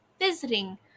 visiting